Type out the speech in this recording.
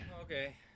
Okay